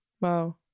Wow